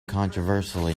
controversially